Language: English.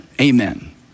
amen